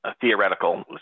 theoretical